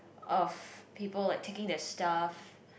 of people like taking their stuff